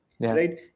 right